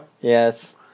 Yes